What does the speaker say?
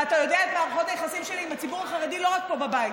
ואתה מכיר את מערכות היחסים שלי עם הציבור החרדי לא רק פה בבית.